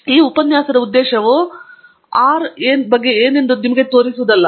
ಈ ಉಪನ್ಯಾಸದ ಉದ್ದೇಶವು ಆರ್ ಬಗ್ಗೆ ಏನೆಂದು ನಿಮಗೆ ತೋರಿಸುವುದಿಲ್ಲ